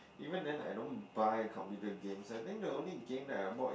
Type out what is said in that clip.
even then I don't buy computer games I think the only game that I bought is